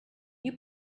you